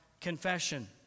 confession